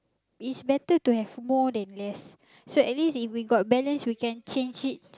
is better to have more than less so at least if we got balance we can change it